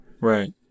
Right